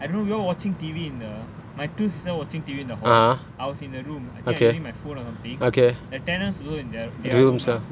I don't know we all watching T_V in the my two sisters watching T_V in the hall I was in the room I think I using the phone or something the tenants were in their rooms lah